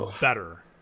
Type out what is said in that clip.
better